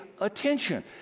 attention